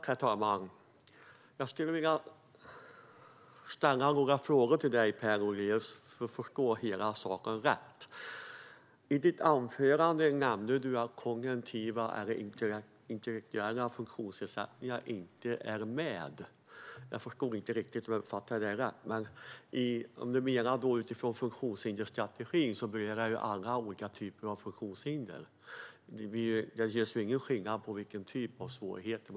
Herr talman! I ditt anförande, Per Lodenius, nämnde du att kognitiva eller intellektuella funktionsnedsättningar inte är med, men kanske uppfattade jag dig inte rätt. Alla typer av funktionshinder omfattas av funktionshindersstrategin. Det görs ingen skillnad mellan olika typer av svårigheter.